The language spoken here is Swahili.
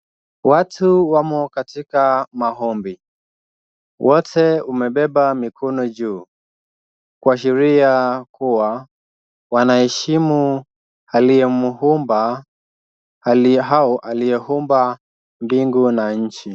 Watu wamo katika maombi. Wote wamebeba mikono juu kuashiria kuwa wanaheshimu aliyemuumba au aliyeumba mbingu na nchi.